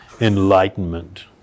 enlightenment